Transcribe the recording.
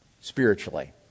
spiritually